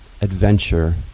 adventure